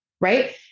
Right